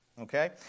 Okay